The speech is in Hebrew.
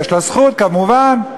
יש לה זכות, כמובן.